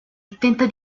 tenta